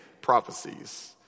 prophecies